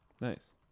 Nice